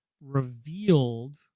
revealed